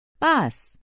Bus